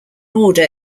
order